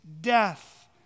death